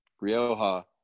Rioja